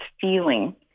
feeling